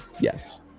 Yes